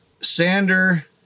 Sander